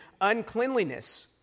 uncleanliness